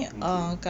okay